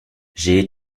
j’ai